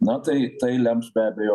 na tai tai lems be abejo